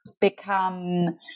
become